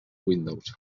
windows